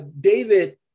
David